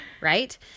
right